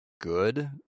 good